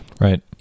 Right